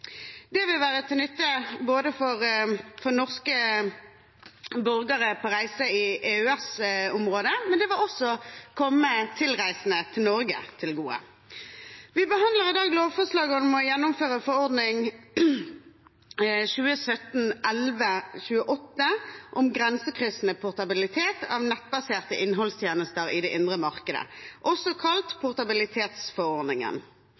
Det vil være til nytte for norske borgere på reise i EØS-området, men det vil også komme tilreisende til Norge til gode. Vi behandler i dag lovforslag om å gjennomføre forordning 2017/1128, om grensekryssende portabilitet av nettbaserte innholdstjenester i det indre markedet,